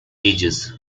ages